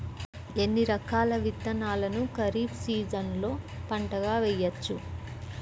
ఎన్ని రకాల విత్తనాలను ఖరీఫ్ సీజన్లో పంటగా వేయచ్చు?